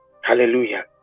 Hallelujah